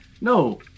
No